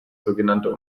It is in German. sogenannter